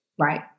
Right